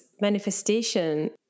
manifestation